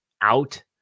out